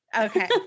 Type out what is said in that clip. okay